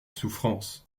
souffrance